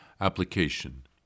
Application